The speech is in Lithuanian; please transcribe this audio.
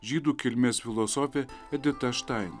žydų kilmės filosofė edita štain